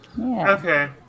Okay